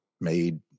made